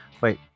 Wait